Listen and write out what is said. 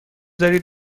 دارید